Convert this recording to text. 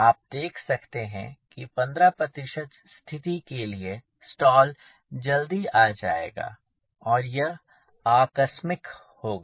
आप देख रहे हैं कि 15 स्थिति के लिए स्टाल जल्दी आ जाएगा और यह आकस्मिक होगा